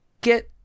get